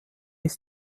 ist